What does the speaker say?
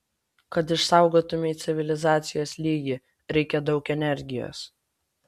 kad išsaugotumei civilizacijos lygį reikia daug energijos